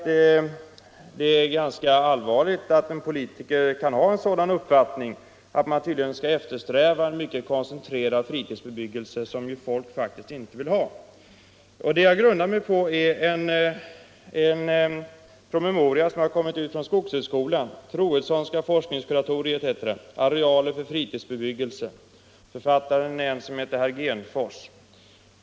Det är ganska allvarligt att en politiker kan ha den uppfattningen, som han tydligt har, att man skall eftersträva koncentrerad fritidsbebyggelse som folk faktiskt inte vill ha. Jag grundar mig på en promemoria som har kommit ut från Troedssonska forskningskuratoriet vid skogshögskolan. Promemorian heter Arealer för fritidshusbebyggelse och är författad av en herr Genfors.